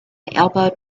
elbowed